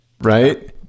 right